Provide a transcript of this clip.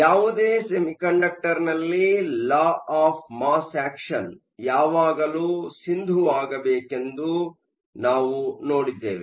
ಯಾವುದೇ ಸೆಮಿಕಂಡಕ್ಟರ್ ನಲ್ಲಿ law of mass action ಯಾವಾಗಲೂ ಸಿಂಧುವಾಗಬೇಕೆಂದು ನಾವು ನೋಡಿದ್ದೇವೆ